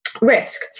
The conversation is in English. risk